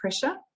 pressure